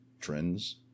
trends